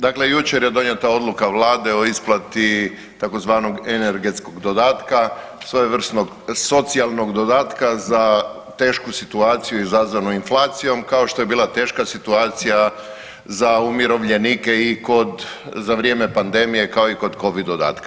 Dakle, jučer je donijeta odluka vlade o isplati tzv. energetskog dodatka, svojevrsnog socijalnog dodatka za tešku situaciju izazvanu inflacijom, kao što je bila teška situacija za umirovljenike i kod, za vrijeme pandemije, kao i kod covid dodatka.